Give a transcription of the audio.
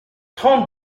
trente